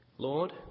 Lord